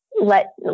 let